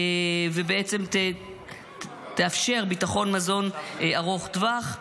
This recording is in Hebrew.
ובעצם תאפשר ביטחון מזון ארוך טווח.